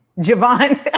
Javon